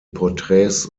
porträts